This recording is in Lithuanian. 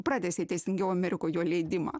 pratęsė teisingiau amerikoj jo leidimą